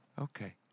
okay